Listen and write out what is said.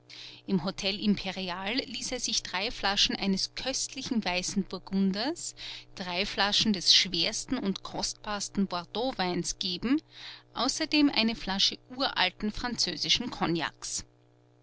im hotel imperial ließ er sich drei flaschen eines köstlichen weißen burgunders drei flaschen des schwersten und kostbarsten bordeauxweines geben außerdem eine flasche uralten französischen kognaks